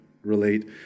relate